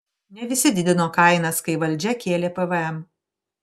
ne visi didino kainas kai valdžia kėlė pvm